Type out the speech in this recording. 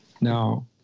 Now